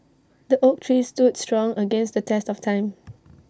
the oak tree stood strong against the test of time